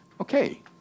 Okay